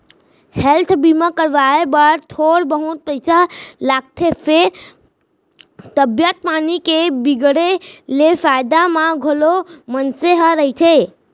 health बीमा करवाए बर थोर बहुत पइसा लागथे फेर तबीयत पानी के बिगड़े ले फायदा म घलौ मनसे ह रहिथे